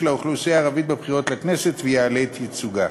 האוכלוסייה הערבית בבחירות לכנסת ויעלה את ייצוגה.